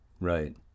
Right